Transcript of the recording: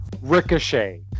Ricochet